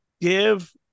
Give